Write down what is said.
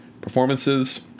performances